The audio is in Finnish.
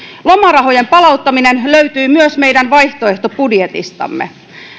lomarahojen palauttaminen löytyy myös meidän vaihtoehtobudjetistamme